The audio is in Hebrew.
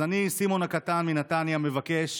אז אני, סימון הקטן מנתניה, מבקש